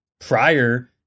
prior